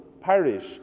Parish